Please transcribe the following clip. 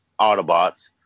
Autobots